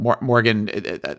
Morgan